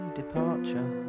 departure